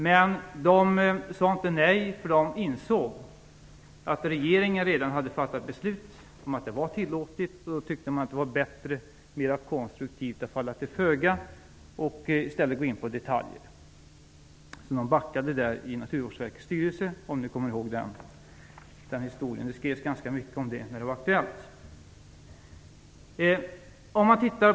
Man sade inte nej, för man insåg att regeringen redan hade fattat beslut om att det var tillåtligt, och då tyckte man att det var bättre och mer konstruktivt att falla till föga och i stället gå i på detaljer. Naturvårdsverkets styrelse backade, om ni kommer ihåg den historien. Det skrevs ganska mycket om det när det var aktuellt.